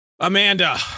Amanda